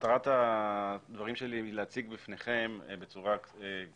מטרת הדברים שלי היא להציג בפניכם בצורה תמציתית